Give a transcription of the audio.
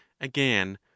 again